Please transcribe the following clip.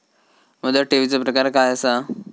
मुदत ठेवीचो प्रकार काय असा?